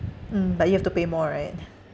mm but you have to pay more right